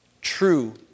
true